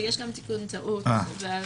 יש טעות.